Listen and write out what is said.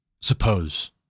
suppose